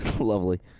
Lovely